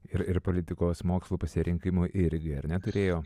ir ir politikos mokslų pasirinkimui irgi ar ne turėjo